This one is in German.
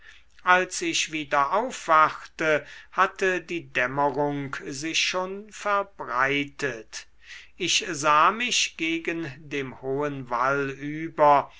als ich wieder aufwachte hatte die dämmerung sich schon verbreitet ich sah mich gegen dem hohen wall über